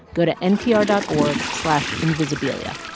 go to npr dot org slash invisibilia.